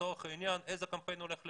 לצורך העניין איזה קמפיין הולך לאן.